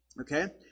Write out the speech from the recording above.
Okay